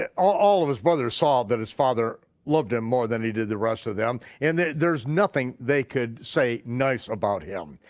ah all of his brothers saw that his father loved him more than he did the rest of them and there's nothing they could say nice about him,